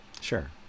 Sure